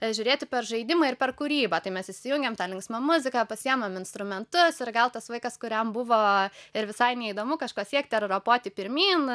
žiūrėti per žaidimą ir per kūrybą tai mes įsijungiam tą linksmą muziką pasiimam instrumentus ir gal tas vaikas kuriam buvo ir visai neįdomu kažko siekti ar ropoti pirmyn